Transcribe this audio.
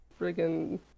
friggin